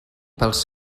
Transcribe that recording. pels